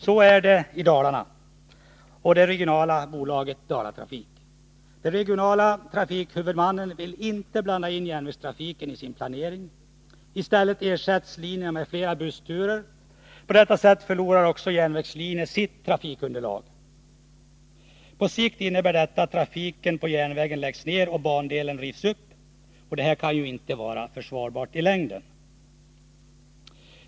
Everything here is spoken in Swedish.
Så är det i Dalarna och beträffande det regionala bolaget Dalatrafik. Den regionala trafikhuvudmannen vill inte blanda in järnvägstrafiken i sin planering. I stället ersätts linjerna med flera bussturer, och på detta sätt förlorar också järnvägslinjen sitt trafikunderlag. På sikt innebär det att trafiken på järnvägen läggs ner och att bandelen rivs upp. Det kan inte vara försvarbart i längden.